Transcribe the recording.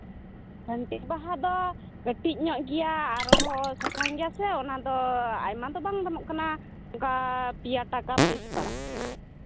ᱰᱟᱱᱴᱤᱡ ᱵᱟᱦᱟ ᱫᱚ ᱠᱟᱹᱴᱤᱡ ᱧᱚᱜ ᱜᱮᱭᱟ ᱟᱨᱦᱚᱸ ᱥᱟᱥᱟᱝ ᱜᱮᱭᱟᱥᱮ ᱟᱨᱦᱚᱸ ᱚᱱᱟᱫᱚ ᱟᱭᱢᱟ ᱫᱚ ᱵᱟᱝ ᱫᱟᱢᱚᱜ ᱠᱟᱱᱟ ᱚᱱᱠᱟ ᱯᱮᱭᱟ ᱴᱟᱠᱟ ᱯᱤᱥ ᱯᱟᱲᱟᱜ ᱠᱟᱱᱟ